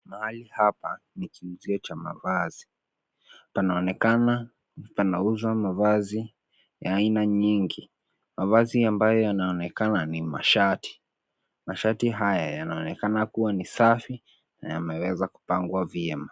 Mahali hapa ni kuuzio cha mavazi. Panaonekana panauzwa mavazi ya aina nyingi. Mavazi ambayo yanaokana ni mashati. Mashati haya yanaonekana kuwa ni safi na yameweza kupangwa vyema.